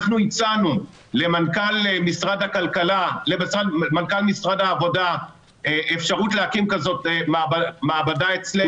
אנחנו הצענו למנכ"ל משרד העבודה אפשרות להקים כזאת מעבדה אצלנו.